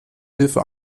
hilfe